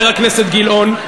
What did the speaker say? חבר הכנסת גילאון,